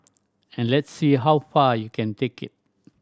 and let's see how far you can take it